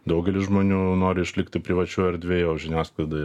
daugelis žmonių nori išlikti privačioj erdvėj o žiniasklaida